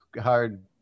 hard